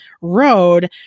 road